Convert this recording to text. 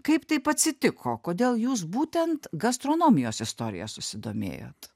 kaip taip atsitiko kodėl jūs būtent gastronomijos istorija susidomėjot